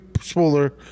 spoiler